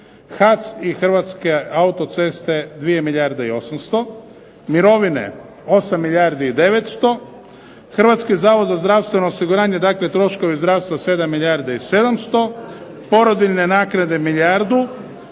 HAC i Hrvatske autoceste 2 milijarde i 800; mirovine 8 milijardi i 900. HZZO, dakle troškovi zdravstva 7 milijardi i 700, porodiljne naknade milijardu